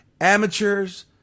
amateurs